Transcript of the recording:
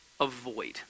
avoid